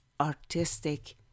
artistic